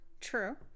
true